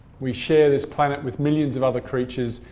we share this planet with millions of other creatures,